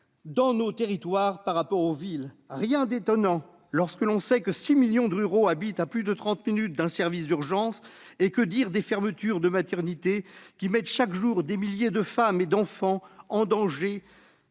dans les territoires par rapport aux villes. Cela n'a rien d'étonnant, dès lors que six millions de ruraux habitent à plus de trente minutes d'un service d'urgence. Que dire aussi des fermetures de maternités, qui mettent chaque jour des milliers de femmes et d'enfants en danger,